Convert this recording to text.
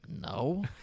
no